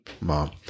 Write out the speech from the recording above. Mom